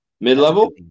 Mid-level